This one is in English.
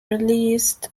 released